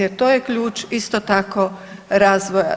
Jer to je ključ isto tako razvoja.